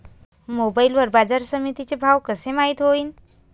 Mobile वर बाजारसमिती चे भाव कशे माईत होईन?